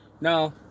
No